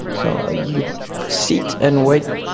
so ah you sit and wait.